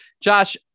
Josh